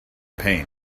pain